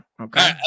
Okay